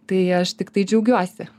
tai aš tiktai džiaugiuosi